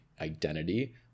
identity